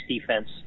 defense